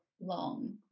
long